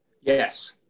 Yes